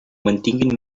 mantinguin